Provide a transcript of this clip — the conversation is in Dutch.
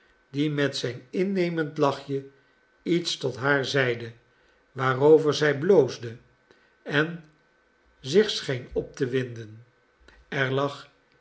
die met zijn innemend lachje iets tot haar zeide waarover zij bloosde en zich scheen op te winden er lag